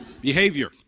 behavior